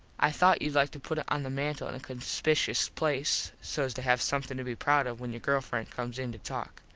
i thought youd like to put it on the mantle in a conspikuous place sos to have somethin to be proud of when your girl friend comes in to talk.